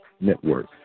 Network